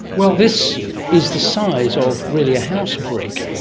well, this is the size of really a house brick,